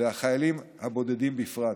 ולחיילים הבודדים בפרט.